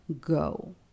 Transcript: go